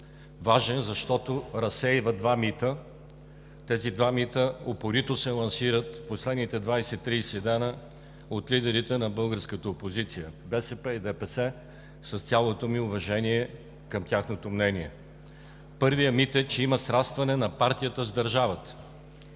Важен, защото разсейва два мита, които упорито се лансират в последните 20 – 30 дни от лидерите на българската опозиция – БСП и ДПС, с цялото ми уважение към тяхното мнение. Първият мит е, че има срастване на партията с държавата.